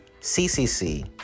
CCC